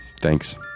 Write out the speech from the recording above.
Thanks